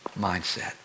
mindset